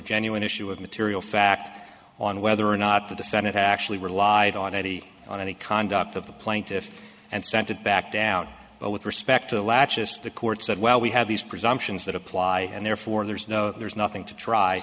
genuine issue of material fact on whether or not the defendant actually relied on id on any conduct of the plaintiff and sent it back down but with respect to the lachesis the court said well we have these presumptions that apply and therefore there's no there's nothing to try